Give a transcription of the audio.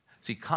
See